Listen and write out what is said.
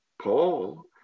Paul